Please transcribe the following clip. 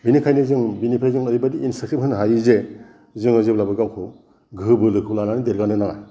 बेनिखायनो जों बेनिफ्राय जों ओरैबादि इनस्ट्राक्टिभ होनो हायो जे जोङो जेब्लाबो गावखौ गोहो बोलोखौ लानानै देरगानो नाङा